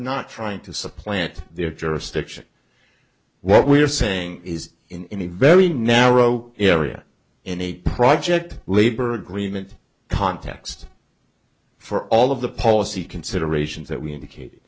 not trying to supplant their jurisdiction what we're saying is in a very narrow area in a project labor agreement context for all of the policy considerations that we indicate